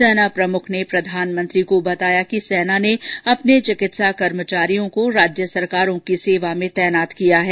सेना प्रमुख ने प्रधानमंत्री को बताया कि सेना ने अपने चिकित्सा कर्मचारियों को राज्य सरकारों की सेवा में तैनात किया है